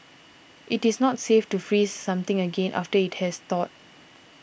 it is not safe to freeze something again after it has thawed